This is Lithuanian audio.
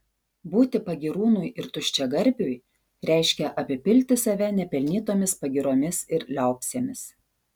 būti pagyrūnui ir tuščiagarbiui reiškia apipilti save nepelnytomis pagyromis ir liaupsėmis